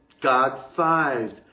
God-sized